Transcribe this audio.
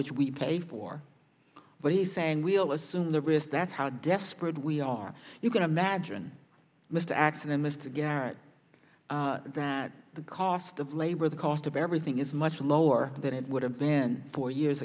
which we pay for what he's saying we'll assume the risk that's how desperate we are you can imagine mr x and mr garrett that the cost of labor the cost of everything is much lower than it would have been four years